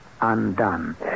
undone